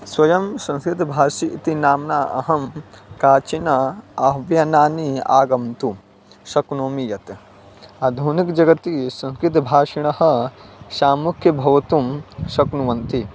स्वयं संस्कृतभाषी इति नाम्ना अहं काचिन आह्वानानि आगन्तुं शक्नोमि यत् आधुनिक जगति संस्कृतभाषिणः शामुख्यभवितुं शक्नुवन्ति